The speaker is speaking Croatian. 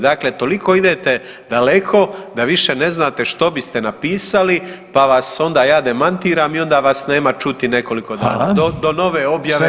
Dakle, toliko idete daleko da više ne znate što biste napisali, pa vas onda ja demantiram i onda vas nema čuti nekoliko dana [[Upadica Reiner: Hvala.]] do nove